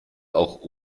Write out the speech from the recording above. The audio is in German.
auch